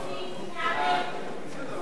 (מנהל יחידת הנוער ומועצת תלמידים ונוער),